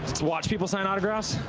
watch people sign